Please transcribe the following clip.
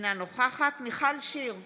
אינה נוכחת מיכל שיר סגמן,